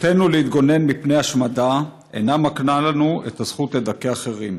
"זכותנו להתגונן מפני השמדה אינה מקנה לנו את הזכות לדכא אחרים.